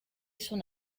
son